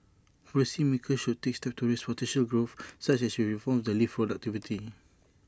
policy makers should take steps to raise potential growth such as reforms that lift productivity